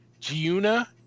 Giuna